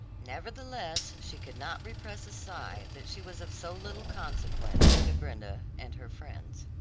nevertheless she could not repress a sigh that she was of so little consequence to brenda and her friends.